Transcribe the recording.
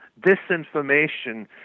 disinformation